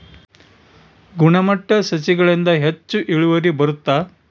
ಗುಣಮಟ್ಟ ಸಸಿಗಳಿಂದ ಹೆಚ್ಚು ಇಳುವರಿ ಬರುತ್ತಾ?